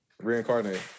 Reincarnate